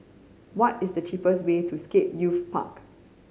what is the cheapest way to Scape Youth Park